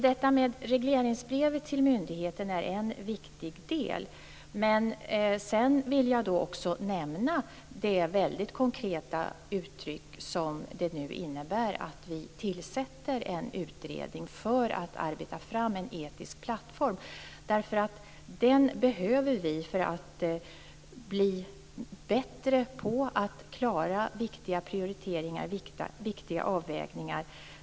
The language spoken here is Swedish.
Detta med regleringsbrev till myndigheterna är en viktig del, men sedan vill jag nämna det väldigt konkreta uttryck som det innebär att vi nu tillsätter en utredning för att arbeta fram en etisk plattform. Den behöver vi för att bli bättre på att klara viktiga prioriteringar och viktiga avvägningar.